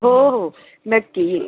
हो हो नक्की